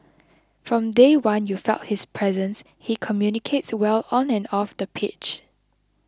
from day one you felt his presence he communicates well on and off the pitch